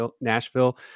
nashville